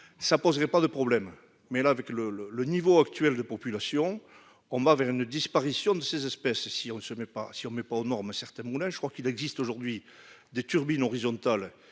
ça poserait pas de problème, mais là avec le le le niveau actuel de population, on va vers une disparition de ces espèces, si on ne se met pas, si on met pas aux normes, certains Moulins, je crois qu'il existe aujourd'hui des turbines horizontale